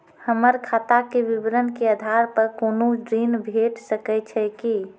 हमर खाता के विवरण के आधार प कुनू ऋण भेट सकै छै की?